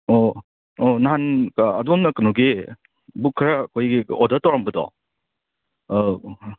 ꯑꯣ ꯑꯣ ꯅꯍꯥꯟ ꯑꯗꯣꯝꯅ ꯀꯩꯅꯣꯒꯤ ꯕꯨꯛ ꯈꯔ ꯑꯩꯈꯣꯏꯒꯤ ꯑꯣꯗꯔ ꯇꯧꯔꯝꯕꯗꯣ